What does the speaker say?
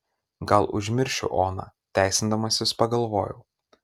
gal užmiršiu oną teisindamasis pagalvojau